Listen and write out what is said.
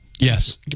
Yes